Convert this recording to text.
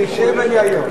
אני אשב ואני אעיר.